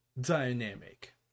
dynamic